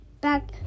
back